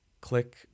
click